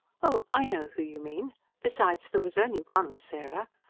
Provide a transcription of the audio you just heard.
oh, i know who you mean besides there was only one, sarah,